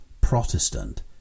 Protestant